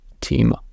team